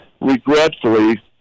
regretfully